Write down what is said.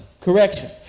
Correction